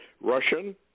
Russian